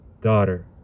daughter